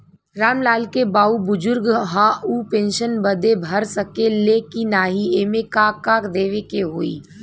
राम लाल के बाऊ बुजुर्ग ह ऊ पेंशन बदे भर सके ले की नाही एमे का का देवे के होई?